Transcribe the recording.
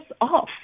off